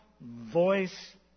voice